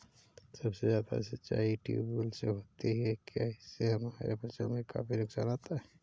सबसे ज्यादा सिंचाई ट्यूबवेल से होती है क्या इससे हमारे फसल में काफी नुकसान आता है?